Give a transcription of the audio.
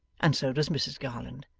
and so does mrs garland,